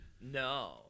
No